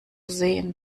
sehen